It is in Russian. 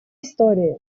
истории